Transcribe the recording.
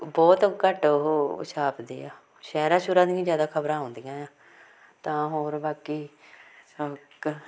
ਬਹੁਤ ਘੱਟ ਉਹ ਛਾਪਦੇ ਆ ਸ਼ਹਿਰਾਂ ਸ਼ੁਰਾਂ ਦੀਆਂ ਜ਼ਿਆਦਾ ਖਬਰਾਂ ਆਉਂਦੀਆਂ ਆ ਤਾਂ ਹੋਰ ਬਾਕੀ ਸਬਕ